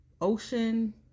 ocean